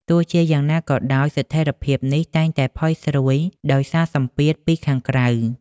ទោះជាយ៉ាងណាក៏ដោយ ស្ថិរភាពនេះតែងតែផុយស្រួយដោយសារសម្ពាធពីខាងក្រៅ។